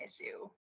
issue